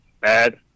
bad